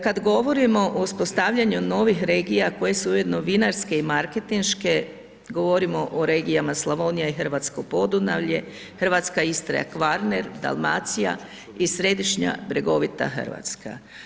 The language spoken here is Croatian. Kada govorimo o uspostavljanju novih regija koje su ujedno vinarske i marketinške govorimo o regijama Slavonija i Hrvatsko Podunavlje, Hrvatska Istra i Kvarner, Dalmacija i središnja bregovita Hrvatska.